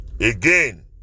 Again